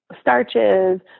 starches